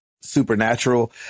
supernatural